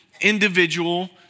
individual